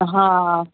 हा